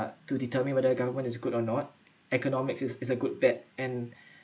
to determine whether the government is good or not economics is is a good bet and